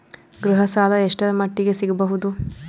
ಗೃಹ ಸಾಲ ಎಷ್ಟರ ಮಟ್ಟಿಗ ಸಿಗಬಹುದು?